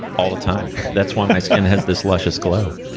all the time. that's why my skin has this luscious glow